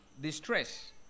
distress